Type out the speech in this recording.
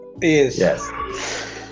yes